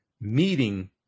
meeting